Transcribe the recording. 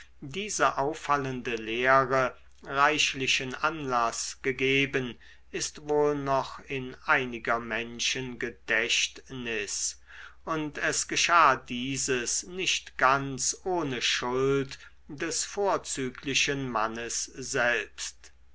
diese auffallende lehre reichlichen anlaß gegeben ist wohl noch in einiger menschen gedächtnis und es geschah dieses nicht ganz ohne schuld des vorzüglichen mannes selbst